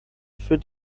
für